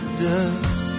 dust